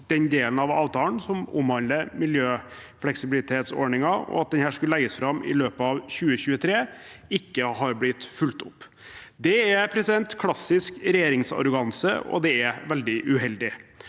at den delen av avtalen som omhandler miljøfleksibilitetsordningen, at den skulle legges fram i løpet av 2023, ikke har blitt fulgt opp. Det er klassisk regjeringsarroganse, og det er veldig uheldig.